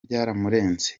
byamurenze